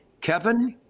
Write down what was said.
kevin,